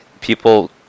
People